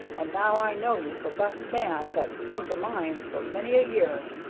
and now i know you for best man that's come to mines for many a year.